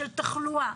של תחלואה,